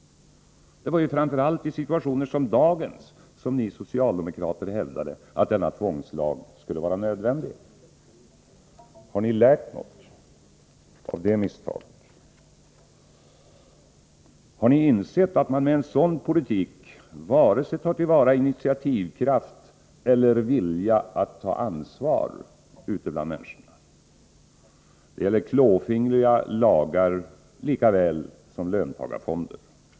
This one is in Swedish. Det var ju framför allt i situationer som dagens som ni socialdemokrater hävdade att denna tvångslag skulle vara nödvändig. Har ni lärt något av det misstaget? Har ni insett att man med en sådan politik inte tillvaratar vare sig initiativkraft eller vilja att ta ansvar ute bland människorna? Det gäller klåfingriga lagar lika väl som löntagarfonder.